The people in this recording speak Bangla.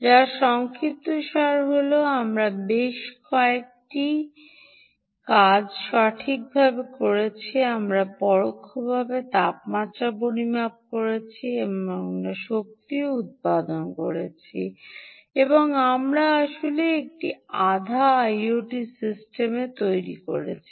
যার সংক্ষিপ্তসার অর্থ আমরা বেশ কয়েকটি কাজ সঠিকভাবে করেছি আমরা পরোক্ষভাবে তাপমাত্রা পরিমাপ করেছি আমরা শক্তিও উত্পাদন করেছি এবং আমরা আসলে একটি আধা আইওটি সিস্টেম তৈরি করেছি